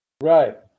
Right